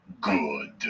good